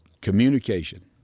Communication